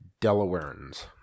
Delawareans